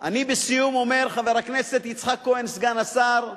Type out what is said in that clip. אני בסיום אומר, חבר הכנסת יצחק כהן, סגן השר,